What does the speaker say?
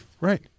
Right